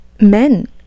men